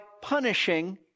punishing